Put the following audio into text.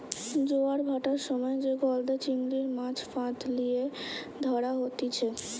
জোয়ার ভাঁটার সময় যে গলদা চিংড়ির, মাছ ফাঁদ লিয়ে ধরা হতিছে